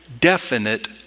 definite